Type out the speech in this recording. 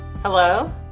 Hello